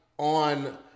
On